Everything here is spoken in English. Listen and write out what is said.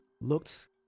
looked